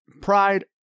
Pride